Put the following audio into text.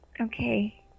Okay